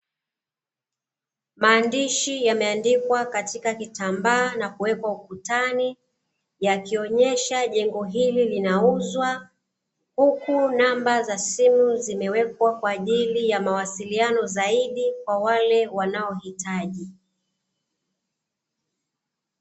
Maandishi yameandikwa katika kitambaa na kuwekwa ukutani, yakionyeshwa jengo hili linauzwa huku, namba za simu zimewekwa kwa ajiliya ya mawasiliano zaidi kwa wale wanaohitaji.